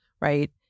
right